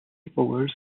pauwels